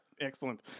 Excellent